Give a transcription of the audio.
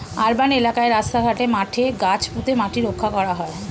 urban এলাকায় রাস্তা ঘাটে, মাঠে গাছ পুঁতে মাটি রক্ষা করা হয়